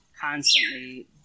constantly